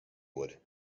would